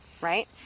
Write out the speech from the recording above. right